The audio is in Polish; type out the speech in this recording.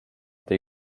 tej